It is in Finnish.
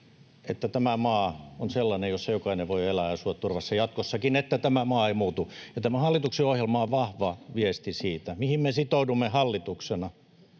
että tämä maa on sellainen, jossa jokainen voi elää ja asua turvassa jatkossakin, ja että tämä maa ei muutu. Ja tämä hallituksen ohjelma on vahva viesti siitä, mihin me sitoudumme hallituksena.